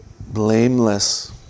blameless